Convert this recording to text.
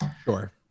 sure